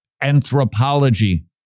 anthropology